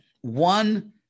one